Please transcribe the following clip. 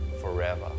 forever